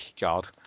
God